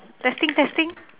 testing testing